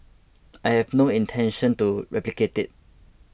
I have no intention to replicate it